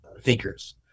thinkers